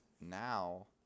Now